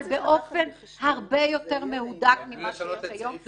אבל באופן הרבה יותר מהודק ממה שיש היום,